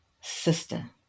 sister